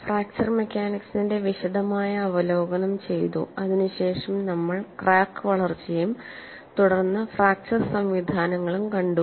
fracture മെക്കാനിക്സിന്റെ വിശദമായ അവലോകനം ചെയ്തു അതിനുശേഷം നമ്മൾ ക്രാക്ക് വളർച്ചയും തുടർന്ന് ഫ്രാക്ച്ചർ സംവിധാനങ്ങളും കണ്ടു